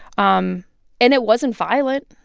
um and it wasn't violent